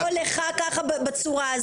כמו שאני לא אתן למישהו לקרוא לך ככה בצורה הזאת,